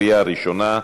בקריאה ראשונה.